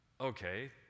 Okay